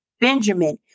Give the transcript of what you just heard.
Benjamin